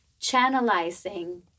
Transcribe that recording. channelizing